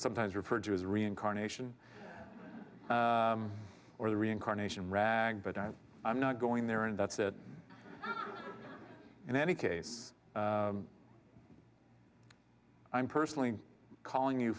sometimes referred to as reincarnation or the reincarnation rag but i'm not going there and that's it in any case i'm personally calling you